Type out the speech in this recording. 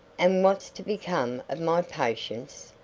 and what's to become of my patients?